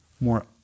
more